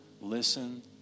Listen